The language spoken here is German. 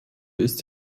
ist